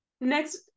next